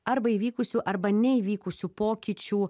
arba įvykusių arba neįvykusių pokyčių